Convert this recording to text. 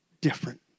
different